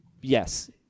yes